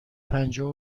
پنجاه